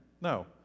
No